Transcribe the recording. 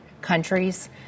countries